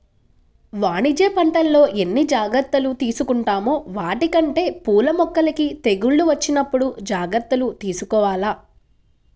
వాణిజ్య పంటల్లో ఎన్ని జాగర్తలు తీసుకుంటామో వాటికంటే పూల మొక్కలకి తెగుళ్ళు వచ్చినప్పుడు జాగర్తలు తీసుకోవాల